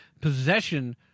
possession